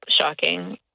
shocking